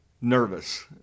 nervous